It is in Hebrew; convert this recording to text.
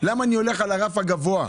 למה אני הולך על הרף הגבוה?